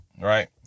right